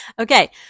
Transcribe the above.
Okay